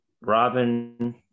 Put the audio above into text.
Robin